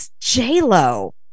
j-lo